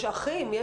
יש אחים.